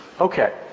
Okay